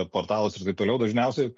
portalus ir taip toliau dažniausiai